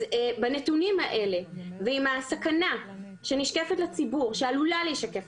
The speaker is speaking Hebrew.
אז בנתונים האלה ועם הסכנה שעלולה להישקף